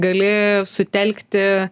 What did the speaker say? gali sutelkti